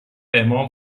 امام